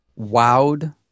wowed